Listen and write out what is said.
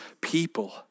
people